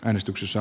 äänestyksessä